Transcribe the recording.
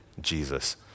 Jesus